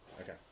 Okay